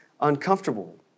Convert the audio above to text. uncomfortable